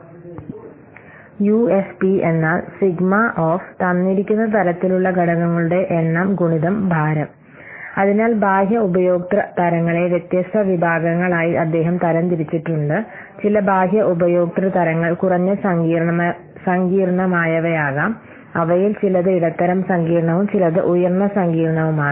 UFP ∑ തന്നിരിക്കുന്ന തരത്തിലുള്ള ഘടകങ്ങളുടെ എണ്ണം × ഭാരം അതിനാൽ ബാഹ്യ ഉപയോക്തൃ തരങ്ങളെ വ്യത്യസ്ത വിഭാഗങ്ങളായി അദ്ദേഹം തരംതിരിച്ചിട്ടുണ്ട് ചില ബാഹ്യ ഉപയോക്തൃ തരങ്ങൾ കുറഞ്ഞ സങ്കീർണ്ണമായവയാകാം അവയിൽ ചിലത് ഇടത്തരം സങ്കീർണ്ണവും ചിലത് ഉയർന്ന സങ്കീർണ്ണവുമാണ്